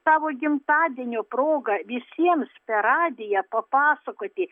tavo gimtadienio proga visiems per radiją papasakoti